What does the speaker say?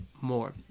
more